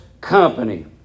company